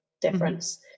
difference